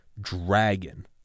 dragon